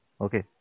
Okay